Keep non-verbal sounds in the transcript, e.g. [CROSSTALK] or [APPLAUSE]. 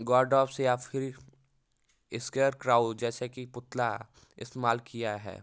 [UNINTELLIGIBLE] या फिर scarecrow जैसे कि पुतला इस्तेमाल किया है